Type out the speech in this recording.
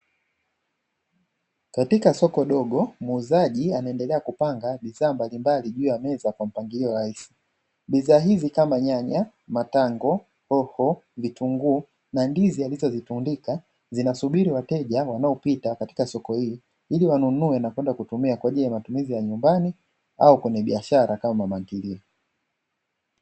Katika soko dogo muuzaji anaendelea kupanga bidhaa mbalimbali juu ya meza, kwa mpangilio rahisi. Bidhaa hizi kama; nyanya, matango, hoho, vitunguu na ndizi alizozitundika, zinasubiri wateja wanaopita katika soko hili, ili wanunue na kwenda kutumia kwa ajili ya matumizi ya nyumbani, au kwenye biashara kama mamantilie.